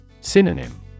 Synonym